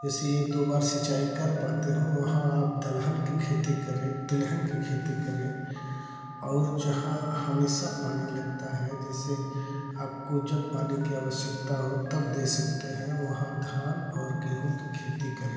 जैसे एक दो बार सिंचाई कर पाते हो वहाँ आप दलहन की खेती करें तिलहन की खेती करें और जहाँ हमेशा पानी लगता है जैसे आपको जब पानी की आवश्यकता हो तब दे सकते हैं वहाँ धान और गेहूँ की खेती करें